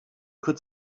could